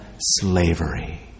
slavery